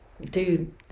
Dude